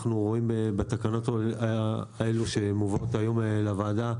אנחנו רואים בתקנות האלו שמובאות היום לוועדה,